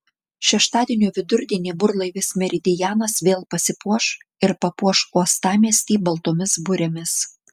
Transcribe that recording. šeštadienio vidurdienį burlaivis meridianas vėl pasipuoš ir papuoš uostamiestį baltomis burėmis